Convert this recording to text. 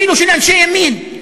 אפילו של אנשי ימין.